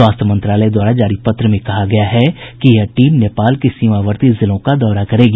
स्वास्थ्य मंत्रालय द्वारा जारी पत्र में कहा गया है कि यह टीम नेपाल के सीमावर्ती जिलों का दौरा करेगी